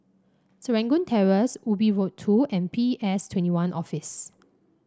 Serangoon Terrace Ubi Road Two and P S Twenty One Office